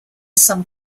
some